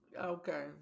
okay